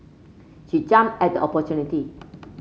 she jumped at the opportunity